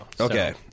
Okay